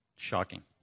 Shocking